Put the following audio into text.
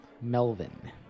Melvin